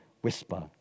whisper